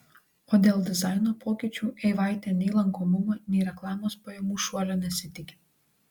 o dėl dizaino pokyčių eivaitė nei lankomumo nei reklamos pajamų šuolio nesitiki